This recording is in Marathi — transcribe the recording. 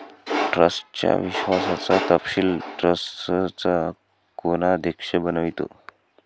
ट्रस्टच्या विश्वासाचा तपशील ट्रस्टचा कोषाध्यक्ष बनवितो